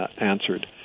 answered